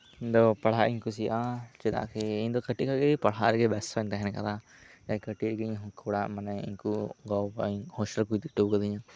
ᱤᱧᱫᱚ ᱯᱟᱲᱦᱟᱜ ᱤᱧ ᱠᱩᱥᱤᱭᱟᱜᱼᱟ ᱪᱮᱫᱟᱜ ᱥᱮ ᱤᱧᱫᱚ ᱠᱟᱹᱴᱤᱪ ᱠᱷᱚᱡᱜᱮ ᱯᱟᱲᱦᱟᱜ ᱨᱮᱜᱮ ᱵᱮᱥᱛᱚᱧ ᱛᱟᱦᱮᱱ ᱠᱟᱱᱟ ᱠᱟᱹᱴᱤ ᱨᱮ ᱤᱧᱨᱮᱱ ᱜᱚ ᱵᱟᱵᱟ ᱦᱚᱥᱴᱮᱞ ᱠᱚ ᱤᱫᱤ ᱚᱴᱚ ᱟᱠᱟᱫᱤᱧᱟᱹ